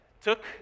took